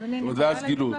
אדוני, אני יכולה להגיד משהו?